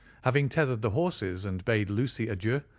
having tethered the horses, and bade lucy adieu,